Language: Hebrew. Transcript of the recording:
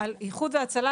שאיחוד והצלה,